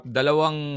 dalawang